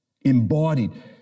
Embodied